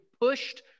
pushed